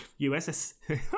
USS